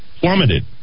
plummeted